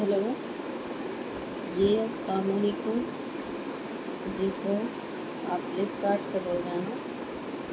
hello جی السّلام علیکم جی سر آپ فلپ کارٹ سے بول رہے ہیں